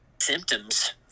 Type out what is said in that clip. symptoms